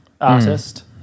artist